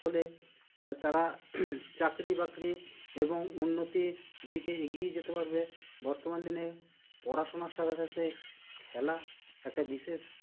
হলে মানে তারা চাকরি বাকরি এবং উন্নতির দিকে এগিয়ে যেতে পারবে বর্তমান দিনে পড়াশুনার সাথে সাথে স খেলা একটা বিশেষ